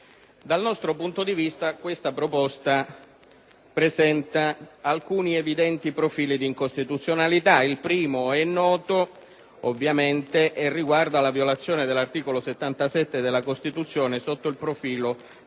Dal nostro punto di vista, questa proposta presenta alcuni evidenti profili di incostituzionalità. Il primo è noto, ovviamente, e riguarda la violazione dell'articolo 77 della Costituzione sotto il profilo della